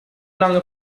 lange